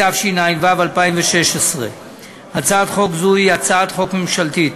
התשע"ו 2016. הצעת חוק זו היא הצעת חוק ממשלתית.